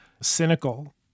cynical